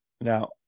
Now